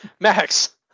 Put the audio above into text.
max